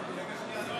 בחוק להסדרת